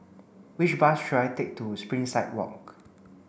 which bus should I take to Springside Walk